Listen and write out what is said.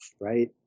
right